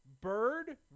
Bird